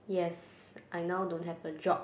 yes I now don't have a job